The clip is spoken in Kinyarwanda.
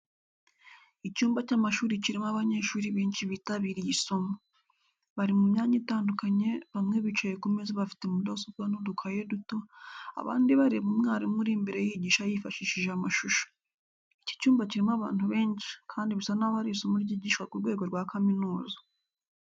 Icyumba cy’amashuri kirimo abanyeshuri benshi bitabiriye isomo. Bari mu myanya itandukanye, bamwe bicaye ku meza bafite mudasobwa n’udukaye duto, abandi bareba umwarimu uri imbere yigisha yifashishije amashusho. Iki cyumba kirimo abantu benshi, kandi bisa n'aho ari isomo ryigishwa ku rwego rwa kaminuza.